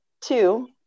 Two